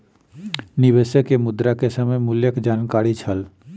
निवेशक के मुद्रा के समय मूल्यक जानकारी छल